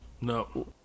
No